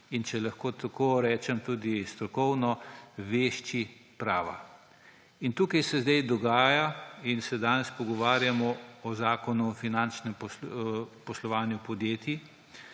in, če lahko tako rečem, tudi strokovno vešči prava. In tukaj se zdaj dogaja in se danes pogovarjamo o Zakonu o finančnem poslovanju podjetij,